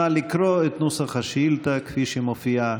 נא לקרוא את נוסח השאילתה כפי שמופיע אצלך.